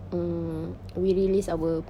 um we release our